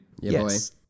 Yes